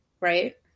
Right